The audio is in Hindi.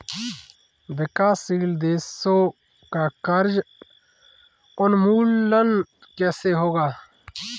विकासशील देशों का कर्ज उन्मूलन कैसे होगा?